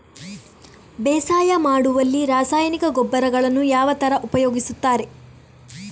ಬೇಸಾಯ ಮಾಡುವಲ್ಲಿ ರಾಸಾಯನಿಕ ಗೊಬ್ಬರಗಳನ್ನು ಯಾವ ತರ ಉಪಯೋಗಿಸುತ್ತಾರೆ?